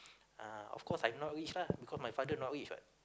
uh of course I'm not rich lah because my father not rich what